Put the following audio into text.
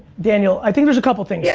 daniel, i think there's a couple things. yes.